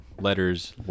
letters